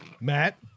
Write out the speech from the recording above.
Matt